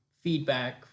feedback